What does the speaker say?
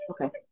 Okay